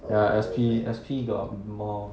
ya S_P S_P got more